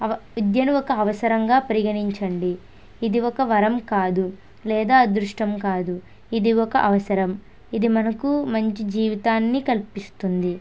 విద్యను ఒక అవసరంగా పరిగణించండి ఇది ఒక వరం కాదు లేదా అదృష్టం కాదు ఇది ఒక అవసరం ఇది మనకు మంచి జీవితాన్ని కల్పిస్తుంది